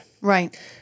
Right